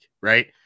Right